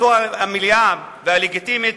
זכותו המלאה והלגיטימית